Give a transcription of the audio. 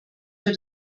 für